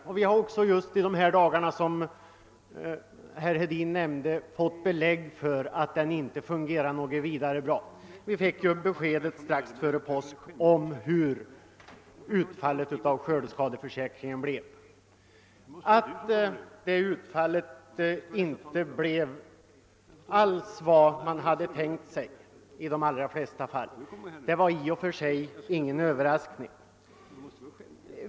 Som herr Hedin nämnde, har vi i dessa dagar fått belägg för att den inte fungerar så vidare bra. Vi fick besked strax före påsk om hur utfallet av skördeskadeförsäkringen blev. Att utfallet i de allra flesta fall inte blev vad det borde vara var i och för sig ingen överraskning.